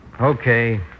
Okay